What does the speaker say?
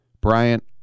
Bryant